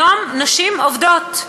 היום נשים עובדות,